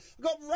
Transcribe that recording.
got